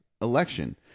election